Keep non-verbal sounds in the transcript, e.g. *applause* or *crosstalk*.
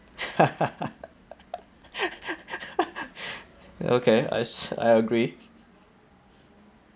*laughs* okay as I agree *laughs*